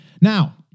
now